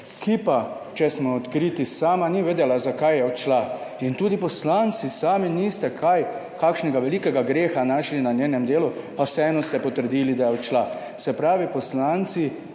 ki pa, če smo odkriti, sama ni vedela zakaj je odšla in tudi poslanci sami niste kakšnega velikega greha našli na njenem delu, pa vseeno ste potrdili, da je odšla. Se pravi, poslanci,